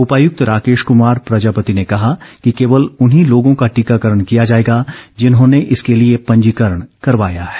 उपायुक्त राकेश कुमार प्रजापति ने कहा कि केवल उन्हीं लोगों का टीकाकरण किया जाएगा जिन्होंने इसके लिए पंजीकरण करवाया है